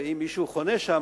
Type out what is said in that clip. ואם מישהו חונה שם,